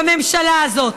בממשלה הזאת,